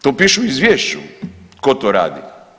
To piše u izvješću ko to radi.